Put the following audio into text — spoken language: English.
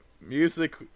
music